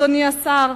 אדוני השר?